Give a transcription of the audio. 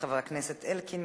חבר הכנסת אלקין,